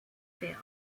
failed